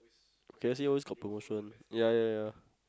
K_F_C always got promotion ya ya ya